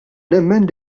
nemmen